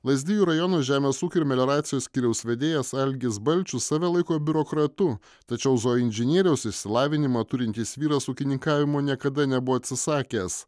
lazdijų rajono žemės ūkio ir melioracijos skyriaus vedėjas algis balčius save laiko biurokratu tačiau zooinžinieriaus išsilavinimą turintis vyras ūkininkavimo niekada nebuvo atsisakęs